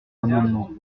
amendements